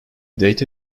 data